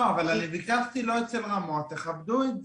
לא, אבל אני ביקשתי לא אצל רמות, תכבדו את זה.